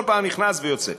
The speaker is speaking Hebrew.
כל פעם נכנס ויוצא.